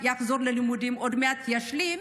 הוא יחזור ללימודים ועוד מעט ישלים,